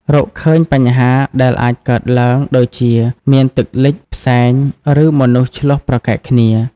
រកឃើញបញ្ហាដែលអាចកើតឡើង ដូចជាមានទឹកលិច ផ្សែង ឬមនុស្សឈ្លោះប្រកែកគ្នា។